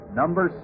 number